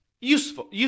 useful